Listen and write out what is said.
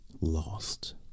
lost